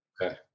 Okay